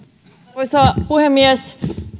arvoisa puhemies